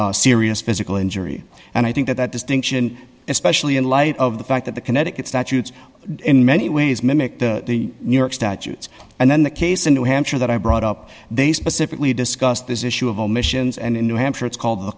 words serious physical injury and i think that that distinction especially in light of the fact that the connecticut statutes in many ways mimic the new york statutes and then the case in new hampshire that i brought up they specifically discussed this issue of omissions and in new hampshire it's called the